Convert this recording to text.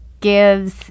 gives